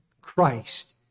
Christ